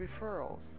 referrals